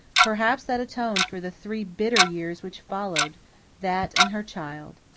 perhaps that atoned for the three bitter years which followed that, and her child.